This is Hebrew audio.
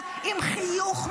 שמשתפת פעולה עם ארגוני טרור,